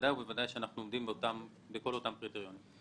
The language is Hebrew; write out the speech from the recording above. בוודאי ובוודאי שאנחנו עומדים בכל אותם קריטריונים.